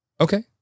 Okay